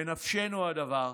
בנפשנו הדבר,